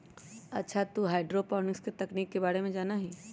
अच्छा तू हाईड्रोपोनिक्स तकनीक के बारे में जाना हीं?